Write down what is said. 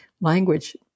language